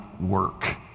work